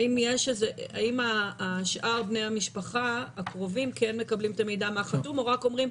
האם שאר בני המשפחה הקרובים כן מקבלים את המידע מה חתום או רק אומרים,